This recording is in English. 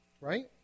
Right